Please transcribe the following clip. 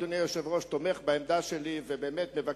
אדוני היושב-ראש תומך בעמדה שלי ומבקש